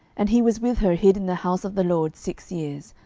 and he was with her hid in the house of the lord six years.